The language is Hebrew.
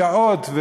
שעות,